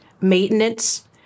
maintenance